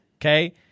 Okay